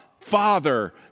Father